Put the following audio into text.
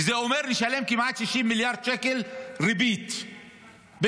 וזה אומר לשלם כמעט 60 מיליארד שקל ריבית ב-2027.